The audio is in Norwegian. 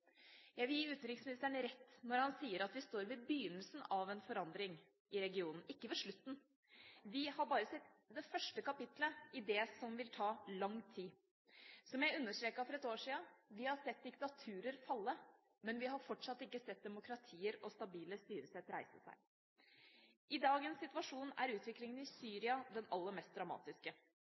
Jeg vil gi utenriksministeren rett når han sier at vi står ved begynnelsen av en forandring i regionen – ikke ved slutten. Vi har bare sett det første kapittelet i det som vil ta lang tid. Som jeg understreket for ett år siden: Vi har sett diktaturer falle, men vi har fortsatt ikke sett demokratier og stabile styresett reise seg. I dagens situasjon er utviklingen i Syria den aller mest dramatiske.